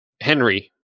henry